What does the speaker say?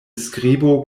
skribo